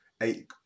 eight